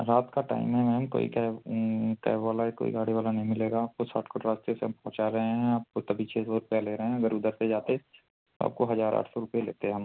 रात का टाइम है मैम कोई कैब कैब वाला या कोई गाड़ी वाला नहीं मिलेगा आपको सॉट कट रास्ते से हम पहुँचा रहे हैं आपको तभी छः सौ रुपये ले रहे हैं अगर उधर से जाते तो आपको हजार आठ सौ रुपये लेते हम